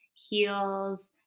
heels